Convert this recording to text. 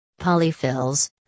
Polyfills